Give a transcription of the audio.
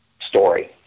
story